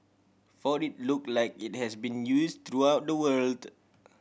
for it look like it has been use throughout the world